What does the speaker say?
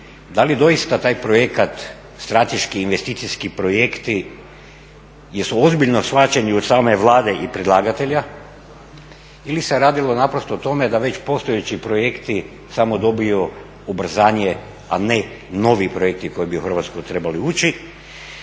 da li doista taj projekt, strateški, investicijski projekti jesu ozbiljno shvaćeni od same Vlade i predlagatelja ili se radilo naprosto o tome da već postojeći projekti samo dobiju ubrzanje, a ne novi projekti koji bi u Hrvatsku trebali ući.